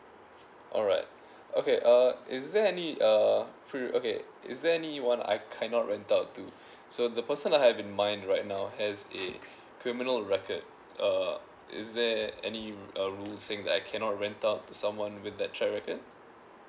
alright okay uh is there any uh prere~ okay is there anyone I kind of rent out to so the person I have in mind right now has a criminal record uh is there any uh rules saying that I cannot rent out to someone with the record